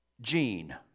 Gene